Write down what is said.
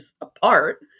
apart